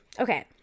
Okay